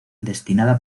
destinada